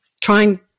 trying